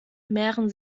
mehren